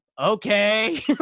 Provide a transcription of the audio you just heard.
okay